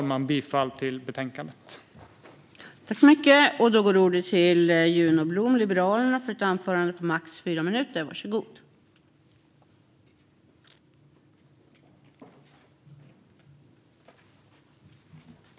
Jag yrkar bifall till utskottets förslag.